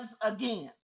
again